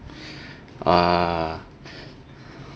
ah